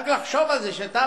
רק לחשוב על זה שאתה,